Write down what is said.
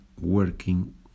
working